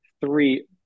Three